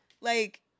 Like-